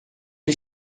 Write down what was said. ele